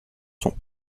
sont